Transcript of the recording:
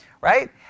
right